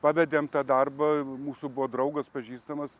pavedėm tą darbą mūsų buvo draugas pažįstamas